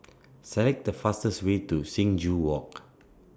Select The fastest Way to Sing Joo Walk